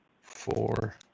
Four